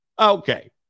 Okay